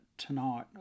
Tonight